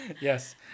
yes